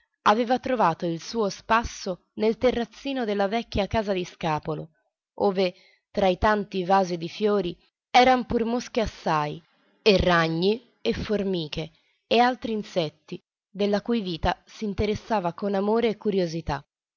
aveva trovato il suo spasso nel terrazzino della vecchia casa di scapolo ove tra tanti vasi di fiori eran pur mosche assai e ragni e formiche e altri insetti della cui vita s'interessava con amore e curiosità